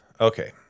Okay